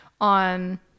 on